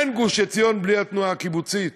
אין גוש-עציון בלי התנועה הקיבוצית